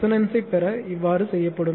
ரெசோனன்ஸ்பெற இவ்வாறு செய்யப்படும்